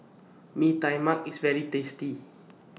Mee Tai Mak IS very tasty